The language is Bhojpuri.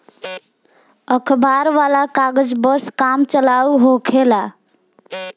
अखबार वाला कागज बस काम चलाऊ होखेला